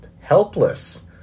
helpless